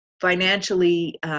financially